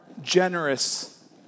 generous